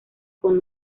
con